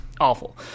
awful